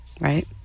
Right